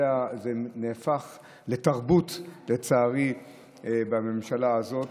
לצערי, זה נהפך לתרבות בממשלה הזאת.